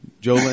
Joe